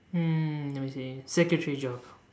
hmm let me see secretary job